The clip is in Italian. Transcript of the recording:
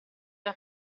era